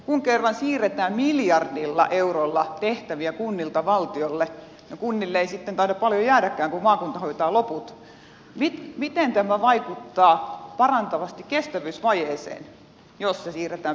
kun kerran siirretään miljardilla eurolla tehtäviä kunnilta valtiolle ja kunnille ei sitten taida paljon jäädäkään kun maakunta hoitaa loput miten tämä vaikuttaa parantavasti kestävyysvajeeseen jos siirretään pelkästään valtiolle nämä tehtävät